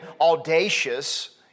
audacious